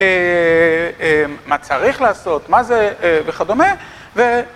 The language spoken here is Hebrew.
מה צריך לעשות, מה זה, וכדומה ו...